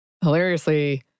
hilariously